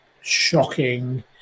shocking